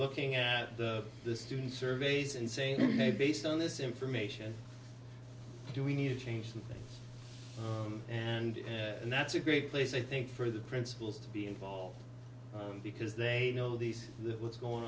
looking at the student surveys and saying hey based on this information do we need to change something and that's a great place i think for the principals to be involved because they know these what's going